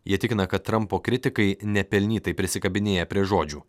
jie tikina kad trampo kritikai nepelnytai prisikabinėja prie žodžių